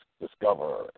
discover